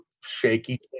shaky